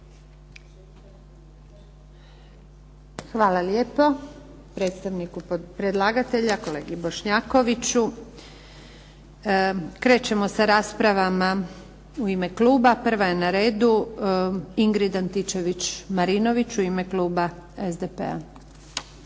Hvala lijepo predstavniku predlagatelja, kolegi Bošnjakoviću. Krećemo sa raspravama u ime kluba. Prva je na redu Ingrid Antičević-Marinović u ime kluba SDP-a.